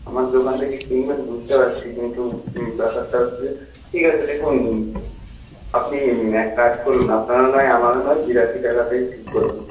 আমার দোকান থেকে কিনবেন বুঝতে পারছি কিন্তু ব্যাপারটা হচ্ছে ঠিক আছে দেখুন আপনি এক কাজ করুন আপনারও নয় আমারও নয় বিরাশি টাকাতে ঠিক করুন